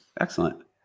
excellent